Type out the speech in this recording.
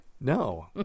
No